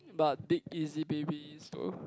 but big easy baby is though